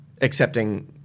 accepting